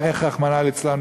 רחמנא ליצלן,